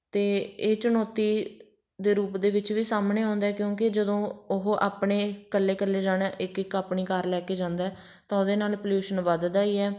ਅਤੇ ਇਹ ਚੁਣੌਤੀ ਦੇ ਰੂਪ ਦੇ ਵਿੱਚ ਵੀ ਸਾਹਮਣੇ ਆਉਂਦਾ ਕਿਉਂਕਿ ਜਦੋਂ ਉਹ ਆਪਣੇ ਇਕੱਲੇ ਇਕੱਲੇ ਜਾਣਾ ਇੱਕ ਇੱਕ ਆਪਣੀ ਕਾਰ ਲੈ ਕੇ ਜਾਂਦਾ ਤਾਂ ਉਹਦੇ ਨਾਲ ਪਲਿਊਸ਼ਨ ਵੱਧਦਾ ਹੀ ਹੈ